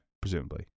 Presumably